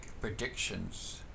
predictions